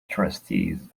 trustees